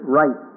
right